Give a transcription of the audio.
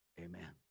Amen